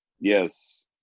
Yes